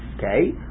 Okay